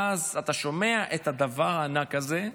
אתה שומע את הדבר הענק הזה,